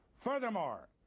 Furthermore